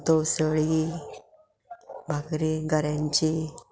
तोवसळी बाकरी घऱ्यांची